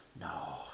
no